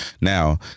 Now